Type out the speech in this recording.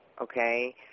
okay